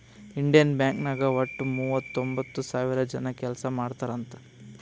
Indian bank ನಾಗ್ ವಟ್ಟ ಮೂವತೊಂಬತ್ತ್ ಸಾವಿರ ಜನ ಕೆಲ್ಸಾ ಮಾಡ್ತಾರ್ ಅಂತ್